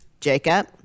jacob